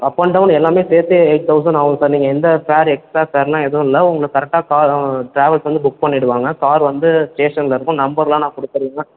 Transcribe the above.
up and down எல்லாமே சேர்த்தே eight thousand ஆவும் சார் நீங்கள் எந்த ஃபேர் எக்ஸ்ட்ரா ஃபேர் எல்லாம் எதுவும் இல்லை உங்களுக்கு கரெக்டாக கார் ட்ராவல்ஸ் வந்து புக் பண்ணிவிடுவாங்க கார் வந்து ஸ்டேஷனில் இருக்கும் நம்பர் எல்லாம் நான் கொடுத்துடுவேன்